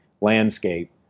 landscape